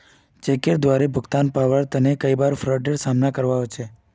चेकेर द्वारे भुगतान पाबार तने कई बार फ्राडेर सामना करवा ह छेक